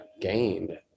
gained